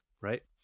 right